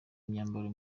imyambaro